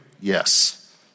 Yes